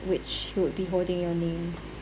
which would be holding your name